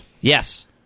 Yes